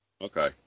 Okay